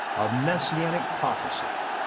a messianic prophecy,